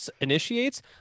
initiates